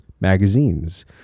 magazines